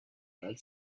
around